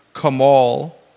Kamal